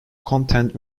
content